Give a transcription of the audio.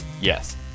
Yes